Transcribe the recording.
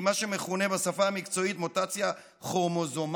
היא מה שמכונה בשפה המקצועית מוטציה כרומוזומלית,